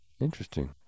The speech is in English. Interesting